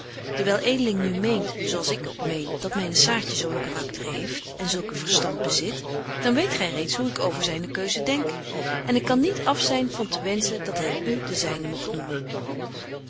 dewyl edeling nu meent zo als ik ook meen dat myne saartje zo een karakter heeft en zulk een verstand bezit dan weet gy reeds hoe ik over zyne keuze denk en ik kan niet afzyn van te wenschen dat hy u de zyne mogt noemen